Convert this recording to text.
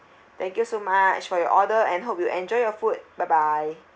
thank you so much for your order and hope you enjoy your food bye bye